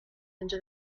into